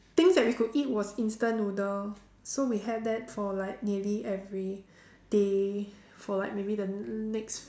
things that we could eat was instant noodle so we had that for like nearly everyday for like maybe the next